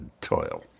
toil